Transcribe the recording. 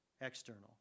external